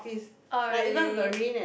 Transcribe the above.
oh really